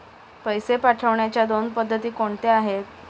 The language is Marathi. पैसे पाठवण्याच्या दोन पद्धती कोणत्या आहेत?